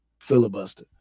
Filibuster